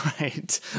Right